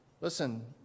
Listen